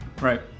Right